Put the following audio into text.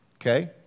okay